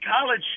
college